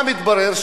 מה מתברר?